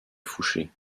fouché